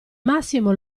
massimo